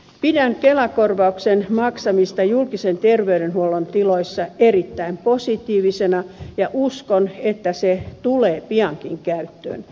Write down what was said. pidän kelakorvauksen maksamista julkisen terveydenhuollon tiloissa annetusta yksityisestä sairaanhoidosta erittäin positiivisena ja uskon että se tulee piankin käyttöön